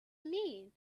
mean